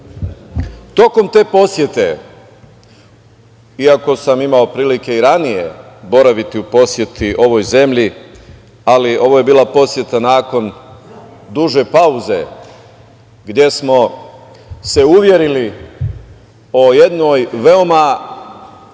tokom te posete, iako sam imao prilike i ranije boraviti u poseti ovoj zemlji, ali ovo je bila poseta nakon duže pauze gde smo se uverili o jednoj veoma